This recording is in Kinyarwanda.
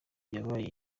yabaye